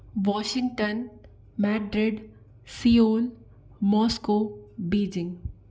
Washington Madrid Seoul Moscow Beijing